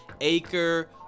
Acre